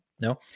no